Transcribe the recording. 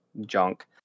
junk